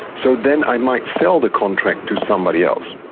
so then i might sell the contract to somebody else,